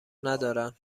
ندارن